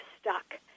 stuck